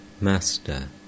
Master